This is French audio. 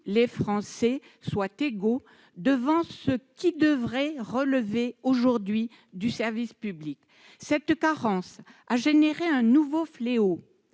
les Français soient égaux devant ce qui devrait relever du service public. Cette carence a généré un nouveau fléau,